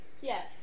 Yes